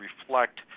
reflect